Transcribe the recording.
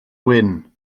wyn